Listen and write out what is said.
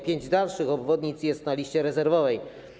Pięć dalszych obwodnic jest na liście rezerwowej.